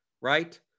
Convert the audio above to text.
right